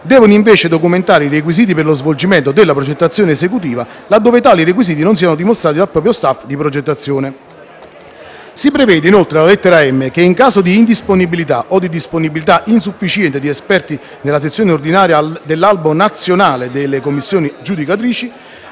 devono invece documentare i requisiti per lo svolgimento della progettazione esecutiva, ove tali requisiti non siano dimostrati dal proprio *staff* di progettazione. Si prevede inoltre alla lettera *m)* che, in caso di indisponibilità o di disponibilità insufficiente di esperti iscritti nella sezione ordinaria dell'Albo nazionale delle commissioni giudicatrici,